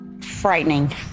Frightening